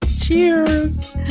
Cheers